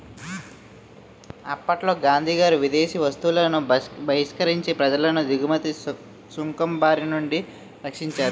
అప్పట్లో గాంధీగారు విదేశీ వస్తువులను బహిష్కరించి ప్రజలను దిగుమతి సుంకం బారినుండి రక్షించారు